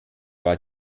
war